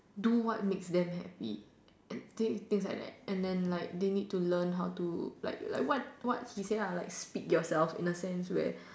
do what makes them happy and they things like that and then like they need to learn how to like like what what he say lah like spit yourself in a sense where